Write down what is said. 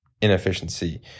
inefficiency